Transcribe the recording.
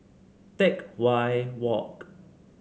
Teck Whye Walk